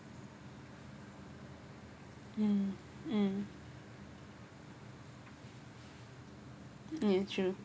mm mm ya true